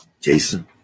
Jason